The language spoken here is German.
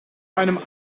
einem